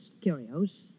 curios